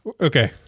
okay